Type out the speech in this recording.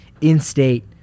in-state